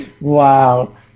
Wow